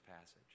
passage